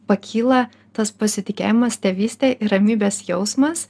pakyla tas pasitikėjimas tėvyste ir ramybės jausmas